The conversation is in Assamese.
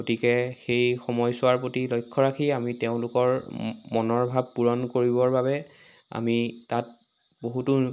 গতিকে সেই সময়ছোৱাৰ প্ৰতি লক্ষ্য ৰাখি আমি তেওঁলোকৰ ম মনৰ ভাৱ পূৰণ কৰিবৰ বাবে আমি তাত বহুতো